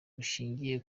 bushingiye